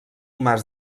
mas